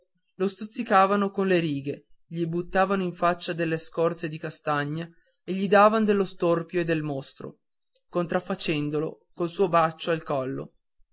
lo stuzzicavano colle righe gli buttavano in faccia delle scorze di castagne e gli davan dello storpio e del mostro contraffacendolo col suo braccio al collo